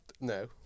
no